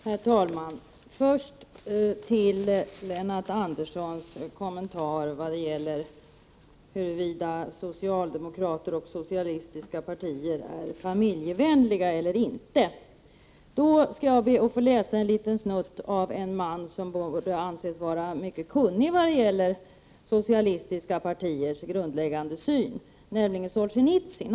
Herr talman! I anslutning till Lennart Anderssons kommentar till frågan om huruvida socialdemokrater och socialistiska partier är familjevänliga eller inte skall jag be att få läsa ett litet stycke av en man som borde anses vara mycket kunnig när det gäller socialistiska partiers grundläggande syn, nämligen Solzjenitsyn.